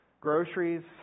groceries